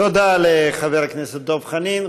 תודה לחבר הכנסת דב חנין.